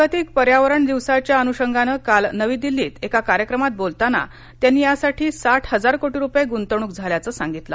जागतिक पर्यावरण दिवसाच्या अनृषंगानं काल नवी दिल्लीत एका कार्यक्रमात बोलताना त्यांनी यासाठी साठ हजार कोटी रूपये गुंतवणूक झाल्याचं सांगितलं